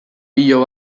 pilo